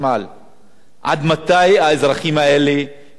עד מתי האזרחים האלה ימשיכו לסבול?